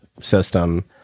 system